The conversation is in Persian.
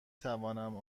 توانم